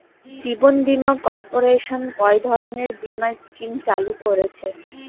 জীবন বীমা কর্পোরেশন কয় ধরনের বীমা স্কিম চালু করেছে?